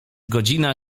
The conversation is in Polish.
godzina